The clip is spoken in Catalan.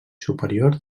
superior